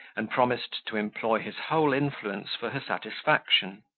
and promised to employ his whole influence for her satisfaction